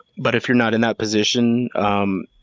but if you're not in that position, um